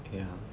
okay lah